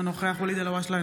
אינו נוכח ואליד אלהואשלה,